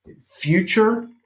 future